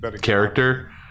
character